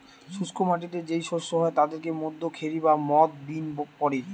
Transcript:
শুষ্ক মাটিতে যেই শস্য হয় তাদের মধ্যে খেরি বা মথ বিন পড়ে